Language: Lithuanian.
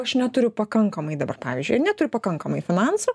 aš neturiu pakankamai dabar pavyzdžiui ir turiu pakankamai finansų